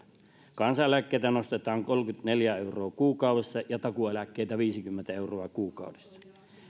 kansaneläkkeitä nostetaan kolmekymmentäneljä euroa kuukaudessa ja takuueläkkeitä viisikymmentä euroa kuukaudessa